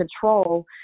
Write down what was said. control